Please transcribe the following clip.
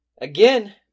Again